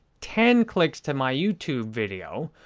ten clicks to my youtube video,